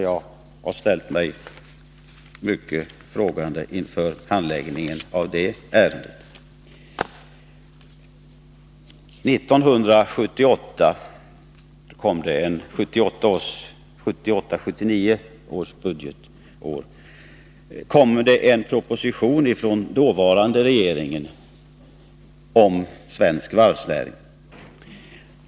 Jag har ställt mig mycket undrande inför handläggningen av det ärendet. Under budgetåret 1978/79 kom det en proposition från den dåvarande regeringen om svensk varvsnäring.